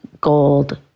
gold